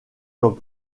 comme